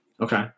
Okay